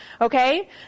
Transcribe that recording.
Okay